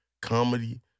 comedy